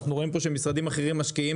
אנחנו רואים פה שמשרדים אחרים משקיעים